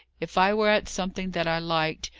if i were at something that i liked,